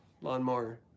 lawnmower